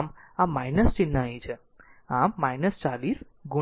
આમ જ આ ચિહ્ન અહીં છે